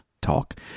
talk